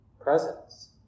presence